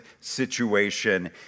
situation